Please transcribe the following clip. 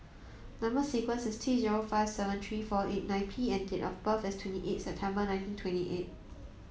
number sequence is T zero five seven three four eight nine P and date of birth is twenty eight September nineteen twenty eight